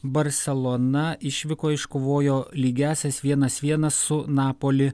barselona išvykoj iškovojo lygiąsias vienas vienas su napoli